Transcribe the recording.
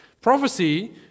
prophecy